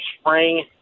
spring